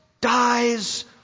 dies